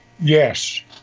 Yes